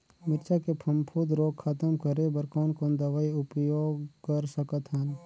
मिरचा के फफूंद रोग खतम करे बर कौन कौन दवई उपयोग कर सकत हन?